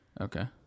Okay